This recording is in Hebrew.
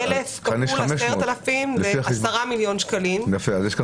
1,000 כפול 10,000 זה 10 מיליון שקלים.